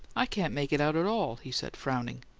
i can't make it out at all, he said, frowning.